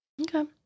Okay